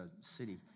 city